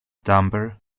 damper